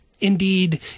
indeed